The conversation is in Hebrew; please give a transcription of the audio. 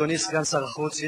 אדוני סגן שר החוץ,